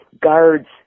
guards